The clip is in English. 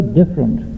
different